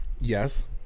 Yes